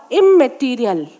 immaterial